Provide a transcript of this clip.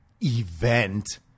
event